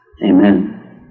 Amen